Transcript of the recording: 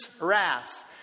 wrath